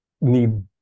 need